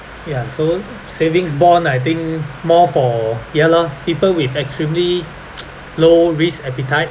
ya so savings bond I think more for ya lor people with extremely low risk appetite